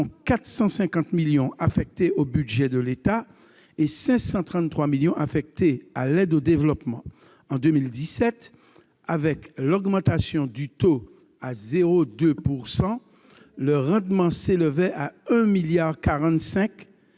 450 millions affectés au budget de l'État et 533 millions à l'aide au développement. En 2017, avec l'augmentation du taux à 0,2 %, le rendement s'élevait à 1,45 milliard